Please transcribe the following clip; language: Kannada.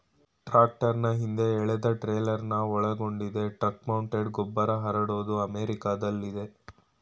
ಟ್ರಾಕ್ಟರ್ನ ಹಿಂದೆ ಎಳೆದಟ್ರೇಲರ್ನ ಒಳಗೊಂಡಿದೆ ಟ್ರಕ್ಮೌಂಟೆಡ್ ಗೊಬ್ಬರಹರಡೋದು ಅಮೆರಿಕಾದಲ್ಲಯತೆ